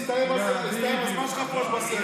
יש הפגנות גדולות שאתה אולי תרצה למנוע בעתיד?